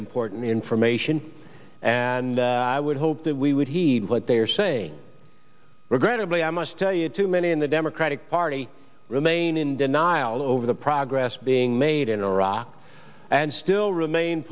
important information and i would hope that we would heed what they are saying regrettably i must tell you too many in the democratic party remain in denial over the progress being made in iraq and still remain